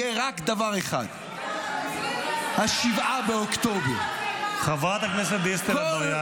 יהיה רק דבר אחד: 7 באוקטובר ----- חברת הכנסת דיסטל אטבריאן,